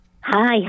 Hi